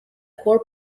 core